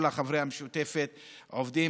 כל חברי המשותפת עובדים,